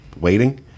waiting